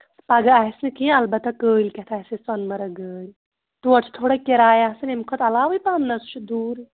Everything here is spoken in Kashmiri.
تہٕ پگاہ آسہِ نہٕ کیٚنٛہہ البتہ کٲلۍکٮ۪تھ آسہِ اَسہِ سۄنہٕ مَرگ گٲڑۍ تور چھِ تھوڑا کِراے آسان ییٚمہِ کھۄتہٕ علاوٕے پَہم نہ سُہ چھُ دوٗر